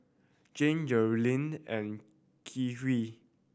Jan Jerilynn and Khiry